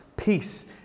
peace